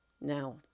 Now